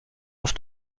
auf